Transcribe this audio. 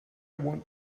want